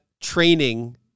training